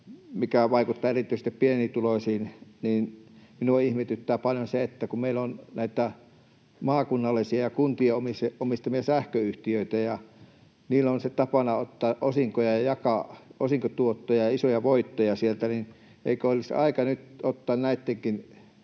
mikä vaikuttaa erityisesti pienituloisiin. Minua ihmetyttää paljon se, että kun meillä on näitä maakunnallisia ja kuntien omistamia sähköyhtiöitä ja niillä on tapana ottaa osinkoja ja jakaa osinkotuottoja ja isoja voittoja sieltä, niin eikö olisi aika nyt ottaa näittenkin